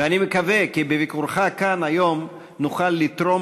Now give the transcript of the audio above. ואני מקווה כי בביקורך כאן היום נוכל לתרום